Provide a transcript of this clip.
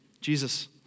Jesus